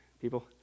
people